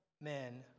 men